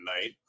night